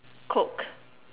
coke